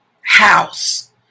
house